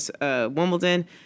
Wimbledon